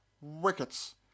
wickets